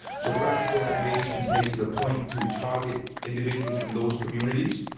so practical innovations makes it a point to target individuals from those communities.